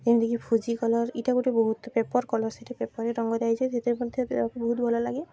ଯେମିତିକି Fuji colour ଏଇଟା ଗଟେ ବହୁତ ପେପର୍ କଲର୍ ସେଇଟି ପେପର୍ରେ ରଙ୍ଗ ଦିଆଯାଏ ସେଥି ମଧ୍ୟ ବହୁତ ଭଲ ଲାଗେ